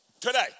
Today